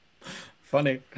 funny